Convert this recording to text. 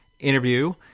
interview